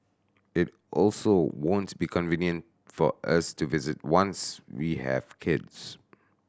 it also won't be convenient for us to visit once we have kids